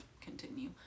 continue